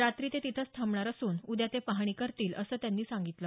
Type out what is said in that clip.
रात्री ते तिथंच थांबणार असून उद्या ते पाहणी करतील असं त्यांनी सांगितलं